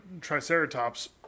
Triceratops